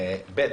(ב).